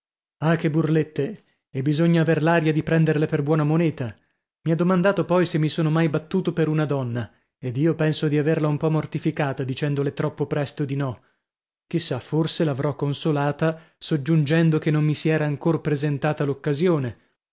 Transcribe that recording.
ah che burlette e bisogna aver l'aria di prenderle per buona moneta mi ha domandato poi se mi sono mai battuto per una donna ed io penso di averla un po mortificata dicendole troppo presto di no chi sa forse l'avrò consolata soggiungendo che non mi si era ancor presentata